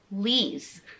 Please